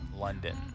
London